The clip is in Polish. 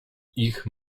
ich